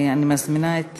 אני מזמינה את